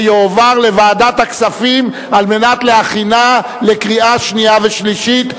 ויועבר לוועדת הכספים על מנת להכינו לקריאה שנייה ושלישית.